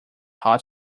hot